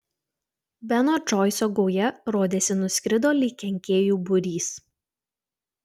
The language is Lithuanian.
beno džoiso gauja rodėsi nuskrido lyg kenkėjų būrys